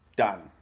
done